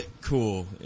Cool